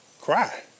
Cry